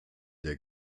der